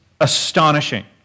astonishing